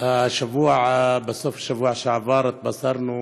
בסוף השבוע שעבר התבשרנו